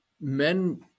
men